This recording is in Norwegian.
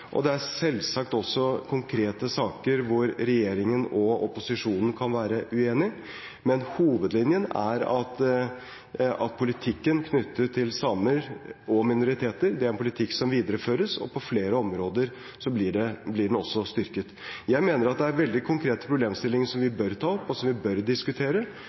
og Sametinget er uenig, og det er selvsagt også konkrete saker hvor regjeringen og opposisjonen kan være uenig, men hovedlinjen er at politikken knyttet til samer og minoriteter er en politikk som videreføres, og på flere områder blir den også styrket. Jeg mener det er veldig konkrete problemstillinger som vi bør ta opp, og som vi bør diskutere,